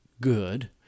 good